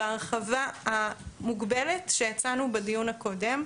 בהרחבה המוגבלת שהצענו בדיון הקודם.